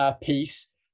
piece